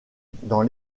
dans